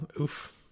Oof